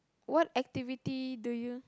what activity do you